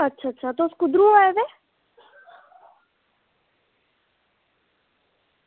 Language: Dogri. अच्छा अच्छा तुस कुद्धर दा आये दे